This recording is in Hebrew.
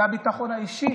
לביטחון האישי.